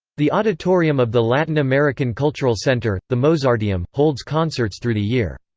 the auditorium of the latin-american cultural center, the mozarteum, holds concerts through the year.